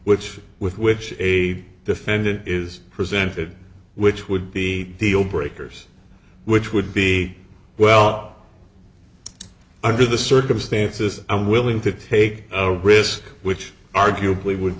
which with which a defendant is presented which would be deal breakers which would be well under the circumstances i'm willing to take risks which arguably would